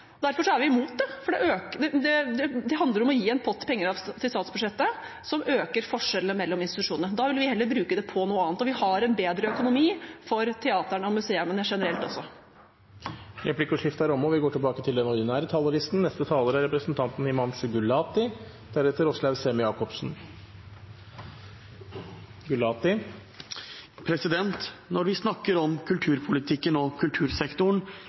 Derfor er vi imot det, for det handler om å gi en pott penger i statsbudsjettet som øker forskjellene mellom institusjonene. Vi vil heller bruke det på noe annet. Og vi har generelt også en bedre økonomi for teatrene og museene. Replikkordskiftet er omme. Når vi snakker om kulturpolitikken og kultursektoren, blir det ofte en debatt om offentlige tilskudd og om dem som finansieres av skattebetalernes penger. Kultursektoren er